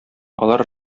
алар